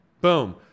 boom